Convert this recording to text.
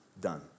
Done